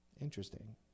interesting